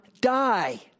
die